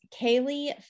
Kaylee